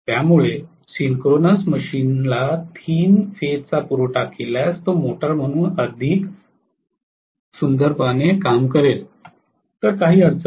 त्यामुळे सिंक्रोनस मशीनला तीन फेजचा पुरवठा केल्यास तो मोटर म्हणून अतिशय सुंदरपणे काम करेल तर काही अडचण नाही